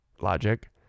logic